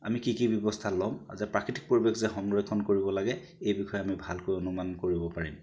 আমি কি কি ব্যৱস্থা ল'ম যে প্ৰাকৃতিক পৰিৱেশ যে সংৰক্ষণ কৰিব যে লাগে এই বিষয়ে আমি ভালকৈ অনুমান কৰিব পাৰিম